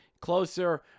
closer